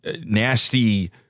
nasty